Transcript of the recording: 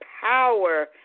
Power